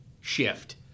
shift